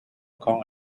kong